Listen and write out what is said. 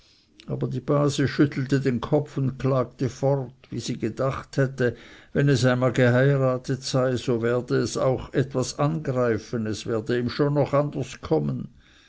aber die base schüttelte den kopf und klagte fort wie sie gedacht hätte wenn es einmal geheiratet sei so werde es auch etwas angreifen es werde ihm schon noch anders kommen